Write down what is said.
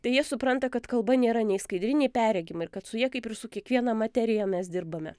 tai jie supranta kad kalba nėra nei skaidri nei perregima ir kad su ja kaip ir su kiekviena materija mes dirbame